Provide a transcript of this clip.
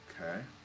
Okay